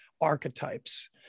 archetypes